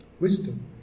wisdom